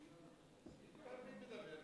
גם היא תדבר,